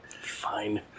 Fine